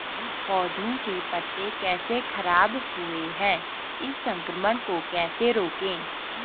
पौधों के पत्ते कैसे खराब हुए हैं इस संक्रमण को कैसे रोकें?